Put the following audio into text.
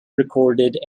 recorded